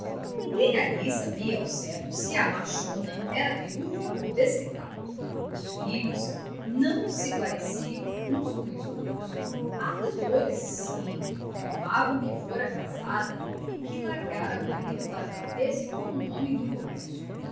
ninguém ali sabia ao certo se a machona era viúva ou desquitada os filhos não se pareciam uns com os outros a das dores sim afirmavam que fora casada e que largara o marido para meter-se com um homem do comércio